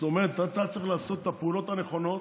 זאת אומרת, אתה צריך לעשות את הפעולות הנכונות